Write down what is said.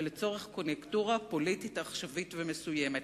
ולצורך קוניונקטורה פוליטית עכשווית ומסוימת.